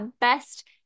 best